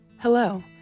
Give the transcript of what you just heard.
Hello